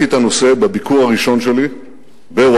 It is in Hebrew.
את הנושא בביקור הראשון שלי בוושינגטון,